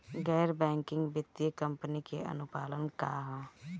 गैर बैंकिंग वित्तीय कंपनी के अनुपालन का ह?